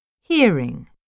Hearing